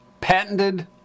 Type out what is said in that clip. patented